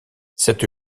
cette